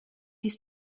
his